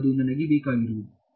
ಮತ್ತು ಅದು ನನಗೆ ಬೇಕಾಗಿರುವುದು